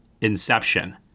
Inception